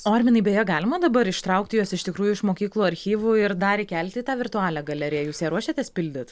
o arminai beje galima dabar ištraukti juos iš tikrųjų iš mokyklų archyvų ir dar įkelti į tą virtualią galeriją jūs ją ruošiatės pildyt